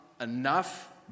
enough